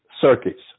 circuits